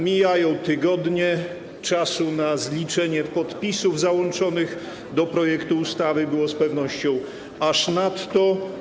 Mijają tygodnie, czasu na zliczenie podpisów załączonych do projektu ustawy było z pewnością aż nadto.